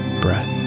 breath